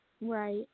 Right